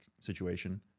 situation